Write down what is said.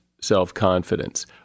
self-confidence